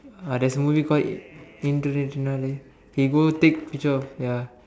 uh there's a movie called Indru Netru Naalai he go take picture of ya